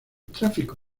tráfico